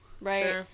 Right